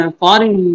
foreign